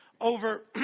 over